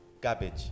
garbage